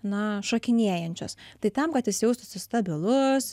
na šokinėjančios tai tam kad jis jaustųsi stabilus